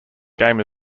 game